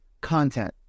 content